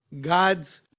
God's